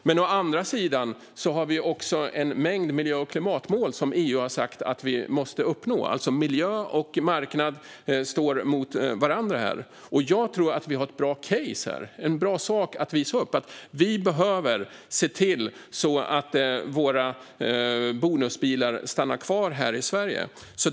Men å andra sidan har vi en mängd miljö och klimatmål som EU har sagt att vi måste uppnå. Miljö och marknad står alltså mot varandra här. Jag tror att vi har ett bra "case" här, en bra sak att visa upp: Vi behöver se till att våra bonusbilar stannar kvar här i Sverige.